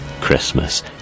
Christmas